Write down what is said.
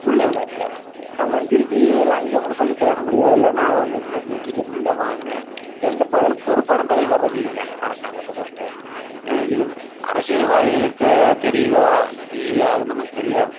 உள்ள லஞ்சம் நம்ம திருப்பியும் லஞ்சம்னு சொல்லி பேச முடியாதுலை நாங்கள் வந்து இனிமேல் டூப்புலிக்கேட்டுனு தான் வாங்கினேன் எந்த பதிலும் பொறுப்பான பதில் வர்றது இல்லைங்க அரசாங்கத்தில் இருந்து இது அரசியல்வாதிகளுக்கு தெரியுதோ இல்லையோ அது நமக்கு தெரியாது